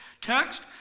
text